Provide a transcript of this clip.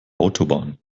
autobahn